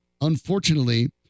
unfortunately